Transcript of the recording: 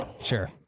Sure